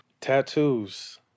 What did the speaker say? Tattoos